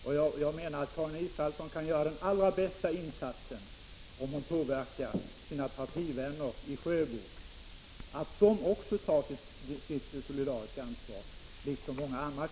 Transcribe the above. Den bästa insats som Karin Israelsson kan göra är såvitt jag förstår att påverka sina partivänner i Sjöbo att liksom många andra kommuner i landet ta sitt solidariska ansvar.